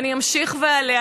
ואני אמשיך ואעלה.